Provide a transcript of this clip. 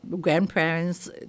grandparents